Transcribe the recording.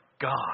God